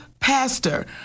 pastor